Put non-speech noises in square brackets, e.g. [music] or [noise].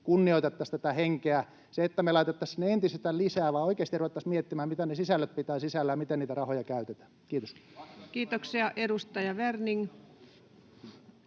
kunnioitettaisiin tätä henkeä? Sillä, että me laitettaisiin sinne entisestään lisää, [noise] vai niin, että oikeasti ruvettaisiin miettimään, mitä ne sisällöt pitävät sisällään, miten niitä rahoja käytetään. — Kiitos. Kiitoksia. — Edustaja Werning.